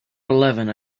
eleven